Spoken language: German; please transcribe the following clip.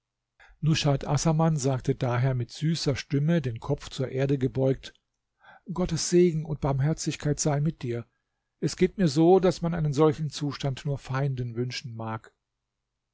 nushat assaman sagte daher mit süßer stimme den kopf zur erde gebeugt gottes segen und barmherzigkeit sei mit dir es geht mir so daß man einen solchen zustand nur feinden wünschen mag